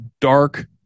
dark